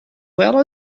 well